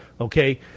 okay